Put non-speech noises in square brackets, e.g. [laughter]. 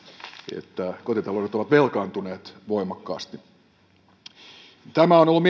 että kotitaloudet ovat velkaantuneet voimakkaasti on ollut [unintelligible]